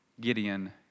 Gideon